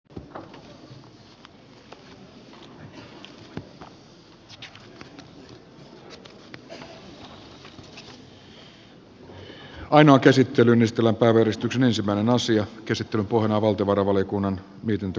ainoa käsittelylistalla päivystyksen ensimmäinen asian käsittelyn pohjana on valtiovarainvaliokunnan mietintö